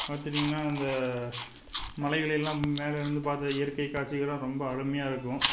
பார்த்துட்டீங்கனா அந்த மலைகளை எல்லாம் மேலே இருந்து பார்த்து இயற்கை காட்சிகளாம் ரொம்ப அருமையாக இருக்கும்